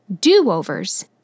Do-overs